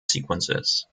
sequences